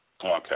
Okay